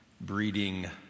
breeding